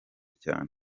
cyane